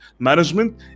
management